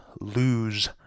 lose